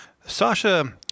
Sasha